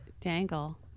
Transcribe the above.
dangle